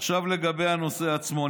עכשיו לגבי הנושא עצמו.